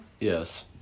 Yes